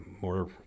more